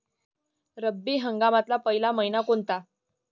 रब्बी हंगामातला पयला मइना कोनता?